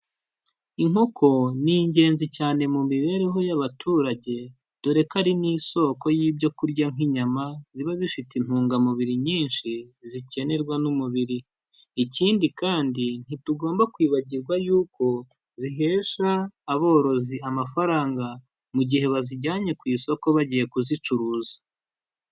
Inkoko ni ingenzi cyane mu mibereho y'abaturage, dore ko ari n'isoko y'ibyo kurya nk'inyama, ziba zifite intungamubiri nyinshi zikenerwa n'umubiri. Ikindi kandi ntitugomba kwibagirwa yuko zihesha aborozi amafaranga mu gihe bazijyanye ku isoko bagiye kuzicuruza.